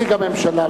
נציג הממשלה.